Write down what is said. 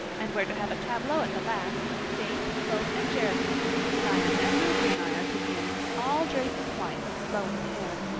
and we're to have a tableau at the last faith, hope and charity diana and ruby and i are to be in it, all draped in white with flowing hair.